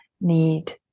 need